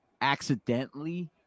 accidentally